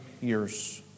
years